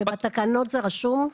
ובתקנות זה רשום?